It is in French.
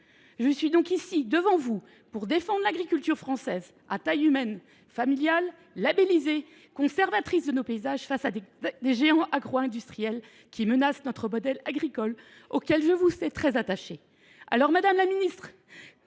vous, madame la ministre, pour défendre l’agriculture française à taille humaine, familiale, labellisée, conservatrice de nos paysages, face à des géants agro industriels qui menacent notre modèle agricole, auquel je vous sais très attachée. Dès lors, madame la ministre,